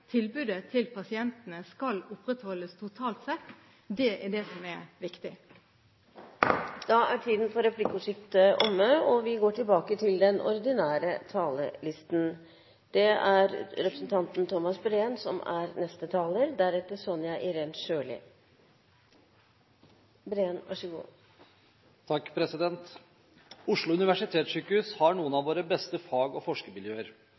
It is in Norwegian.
tilbudet til pasientene skal opprettholdes totalt sett. Det er det som er viktig. Replikkordskiftet er dermed omme. Oslo universitetssykehus har noen av våre beste fag- og